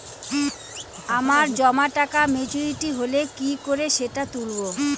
আমার জমা টাকা মেচুউরিটি হলে কি করে সেটা তুলব?